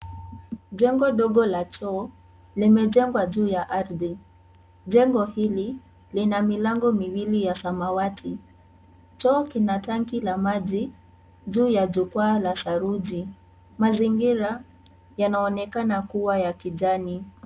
Jengo dogo la choo, limejengwa juu ya ardhi, jengo hili, lina milango miwili ya samawati, choo kina tanki la maji, juu ya jukwaa la saruji, mazingira, yanaonekana kuwa ya kijani.